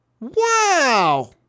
wow